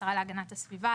לשרה להגנת הסביבה,